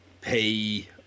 pay